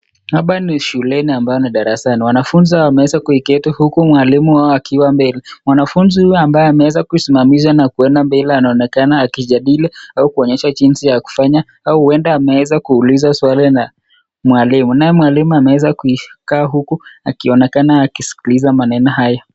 Hapa ni shuleni ambayo ni darasani. Wanafunzi wameweza kuketi huku mwalimu wao akiwa mbele. Mwanafunzi huyu ambaye ameweza kusimamishwa na kuenda mbele anaonekana akijadili au kuonyesha jinsi ya kufanya au huenda ameweza kuulizwa swali na mwalimu, naye mwalimu ameweza kukaa huku akionekana akisikiliza maneno hayo.